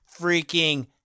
freaking